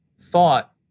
thought